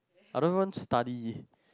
I don't want to study